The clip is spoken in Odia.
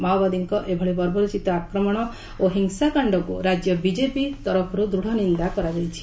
ମାଓବାଦୀଙ୍କ ଏଭଳି ବର୍ବରୋଚିତ ଆକ୍ରମଣ ଓ ହିଂସାକାଣ୍ଡକୁ ରାଜ୍ୟ ବିଜେପି ତରଫରୁ ଦୃତ୍ ନିନ୍ଦା କରାଯାଇଛି